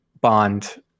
bond